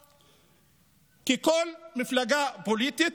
ככל מפלגה פוליטית